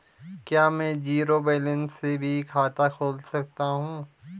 क्या में zero balance से भी खाता खोल सकता हूँ?